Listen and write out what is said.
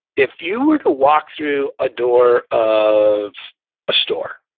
if you were to walk through a door of a store,